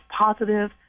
positive